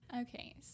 Okay